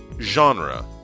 genre